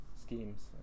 schemes